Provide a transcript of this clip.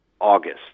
August